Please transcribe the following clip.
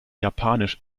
japanisch